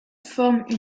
forment